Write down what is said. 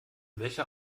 welcher